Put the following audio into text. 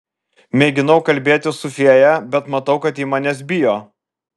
mėginau kalbėtis su fėja bet matau kad ji manęs bijo